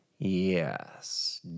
Yes